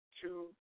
two